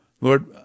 Lord